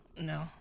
no